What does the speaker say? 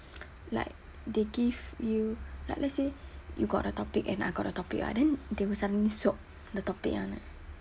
like they give you like let's say you got a topic and I got a topic right then they will suddenly swap the topic [one] eh